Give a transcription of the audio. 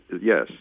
Yes